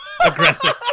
Aggressive